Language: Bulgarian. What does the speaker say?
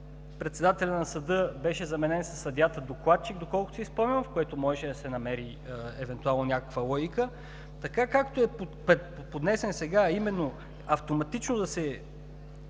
„председателят на съда“ беше заменен със „съдията-докладчик“, доколкото си спомням, в което можеше да се намери евентуално някаква логика. Така, както е поднесен сега, а именно автоматично да се